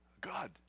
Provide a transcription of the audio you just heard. God